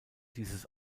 dieses